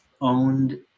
owned